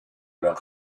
leur